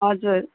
हजुर